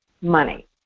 money